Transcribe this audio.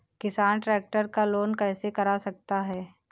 किसान ट्रैक्टर का लोन कैसे करा सकता है?